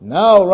now